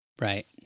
Right